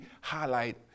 highlight